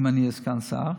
אם אהיה סגן שר,